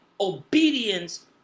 obedience